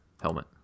helmet